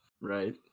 right